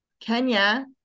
kenya